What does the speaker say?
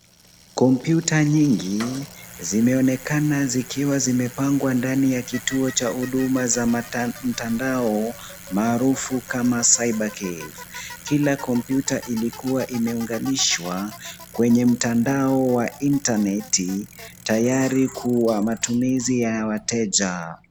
Kompyuta nyingi zimeonekana zikiwa zimepangwa ndani ya kituo cha huduma za mtandao maarufu kama Cyber cafe. Kila kompyuta ilikua imeunganishwa kwenye mtandao wa intaneti tayari kwa matumizi ya wateja.